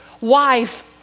wife